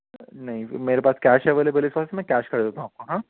نہیں میرے پاس کیش اویلیبل ہے اس وقت میں کیش کر دیتا ہوں آپ کو ہاں